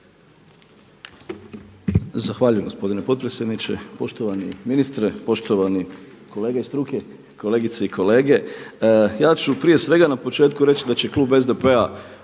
Zahvaljujem gospodine potpredsjedniče. Poštovani ministre, poštovani kolege iz struke, kolegice i kolege ja ću prije svega na početku reći da će klub SDP-a